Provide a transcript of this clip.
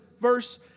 verse